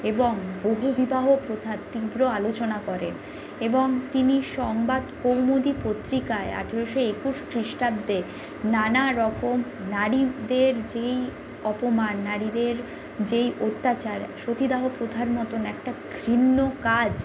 এবং বহুবিবাহ প্রথার তীব্র আলোচনা করেন এবং তিনি সংবাদ কৌমুদি পত্রিকায় আঠেরোশো একুশ খ্রিস্টাব্দে নানা রকম নারীদের যেই অপমান নারীদের যেই অত্যাচার সতীদাহ প্রথার মতন একটা ঘৃণ্য কাজ